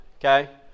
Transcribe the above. Okay